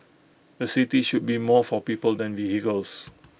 A city should be more for people than vehicles